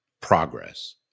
progress